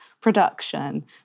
production